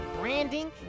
branding